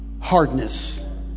hardness